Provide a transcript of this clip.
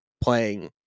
playing